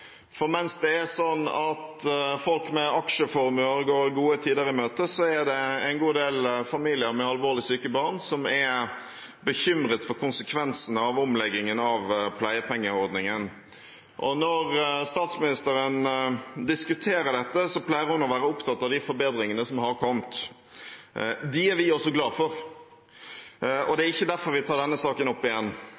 Mens det er sånn at folk med aksjeformuer går gode tider i møte, er det en god del familier med alvorlig syke barn som er bekymret for konsekvensene av omleggingen av pleiepengeordningen. Når statsministeren diskuterer dette, pleier hun å være opptatt av de forbedringene som har kommet. Dem er vi også glade for. Det er ikke derfor vi tar denne saken opp igjen. Men vi er bekymret for det